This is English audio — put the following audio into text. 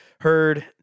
heard